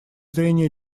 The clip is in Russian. зрения